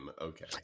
Okay